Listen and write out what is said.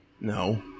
No